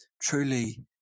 truly